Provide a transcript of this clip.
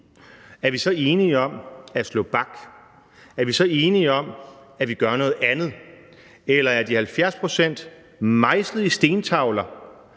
er vi så enige om at slå bak? Er vi så enige om, at vi gør noget andet? Eller er de 70 pct. mejslet i stentavler,